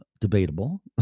debatable